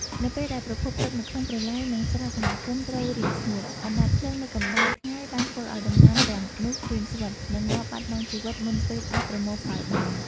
នៅពេលដែលប្រភពទឹកនៅក្នុងប្រឡាយ និងស្រះសហគមន៍ត្រូវរីងស្ងួត អណ្ដាតភ្លើងនៃកម្ដៅថ្ងៃបានធ្វើឱ្យដំណាំទាំងនោះក្រៀមស្វិត និងងាប់បាត់បង់ជីវិតមុនពេលអាចប្រមូលផលបាន។